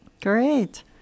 Great